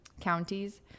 counties